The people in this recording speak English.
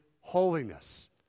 holiness